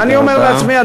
ואני אומר לעצמי,